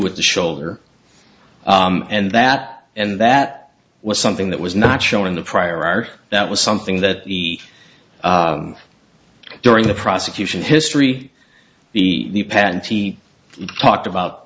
with the shoulder and that and that was something that was not shown in the prior art that was something that the during the prosecution history the patent he talked about